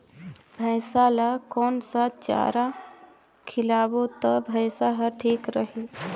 भैसा ला कोन सा चारा खिलाबो ता भैंसा हर ठीक रही?